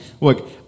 look